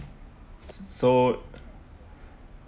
so